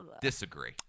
disagree